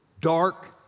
dark